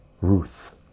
ruth